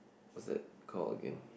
what's that called again